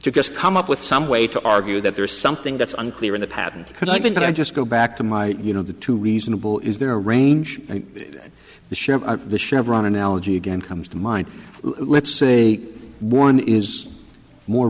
just come up with some way to argue that there is something that's unclear in the patent and i think i just go back to my you know the two reasonable is there a range the ship the chevron analogy again comes to mind let's say one is more